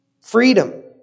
freedom